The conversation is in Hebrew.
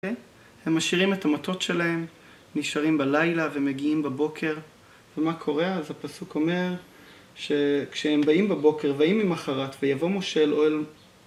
הם משאירים את המטות שלהם, נשארים בלילה ומגיעים בבוקר, ומה קורה? אז הפסוק אומר שכשהם באים בבוקר ויהי מחרת ויבוא משה אל אוהל